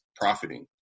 profiting